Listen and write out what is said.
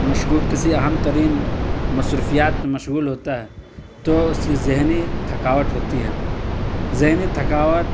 مشغول کسی اہم ترین مصروفیات میں مشغول ہوتا ہے تو اس کی ذہنی تھکاوٹ ہوتی ہے ذہنی تھکاوٹ